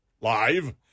Live